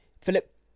Philip